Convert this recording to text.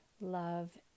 love